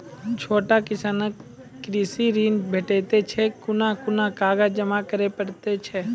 छोट किसानक कृषि ॠण भेटै छै? कून कून कागज जमा करे पड़े छै?